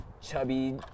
Chubby